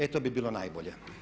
E to bi bilo najbolje.